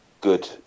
good